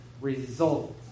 results